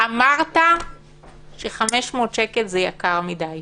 אמרת ש-500 שקל זה יקר מדי.